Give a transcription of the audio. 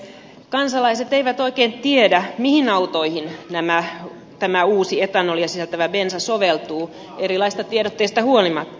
kansalaiset eivät oikein tiedä mihin autoihin tämä uusi etanolia sisältävä bensa soveltuu erilaisista tiedotteista huolimatta